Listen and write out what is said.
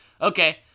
Okay